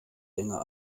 länger